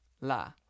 La